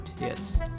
Yes